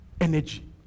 energy